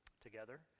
together